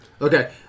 Okay